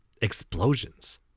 explosions